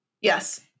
Yes